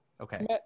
Okay